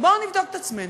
בואו נבדוק את עצמנו.